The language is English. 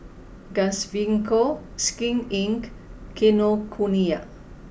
Gaviscon Skin Inc and Kinokuniya